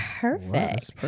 perfect